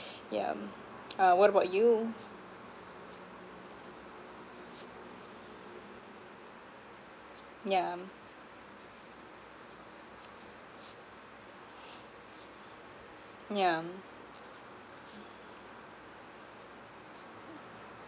yeah mm uh what about you yeah yeah um